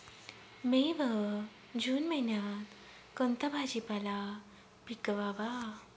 मे व जून महिन्यात कोणता भाजीपाला पिकवावा?